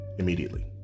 immediately